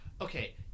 Okay